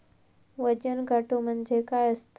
वजन काटो म्हणजे काय असता?